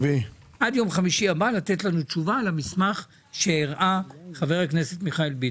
עד יום חמישי הבא לתת לנו תשובה למסמך שהראה חבר הכנסת מיכאל ביטון.